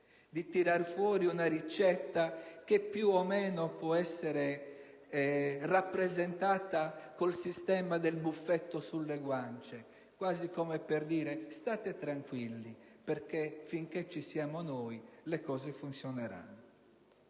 di tirar fuori una ricetta che più o meno può essere rappresentata con il sistema del buffetto sulle guance, quasi come per dire: «State tranquilli perché, finché ci saremo noi, le cose funzioneranno».